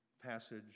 Passage